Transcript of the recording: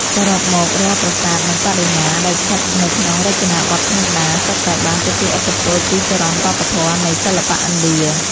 សរុបមក រាល់ប្រាសាទនិងបដិមា ដែលស្ថិតនៅក្នុងរចនាបថភ្នំដា សុទ្ធតែបាន ទទួលឥទ្ធិពលពីចរន្តវប្បធម៌នៃសិល្បៈឥណ្ឌា។